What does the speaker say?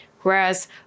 whereas